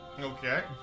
Okay